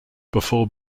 before